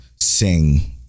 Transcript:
sing